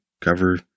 cover